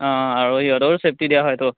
অঁ আৰু ইহঁতও চেফটি দিয়া হয়তো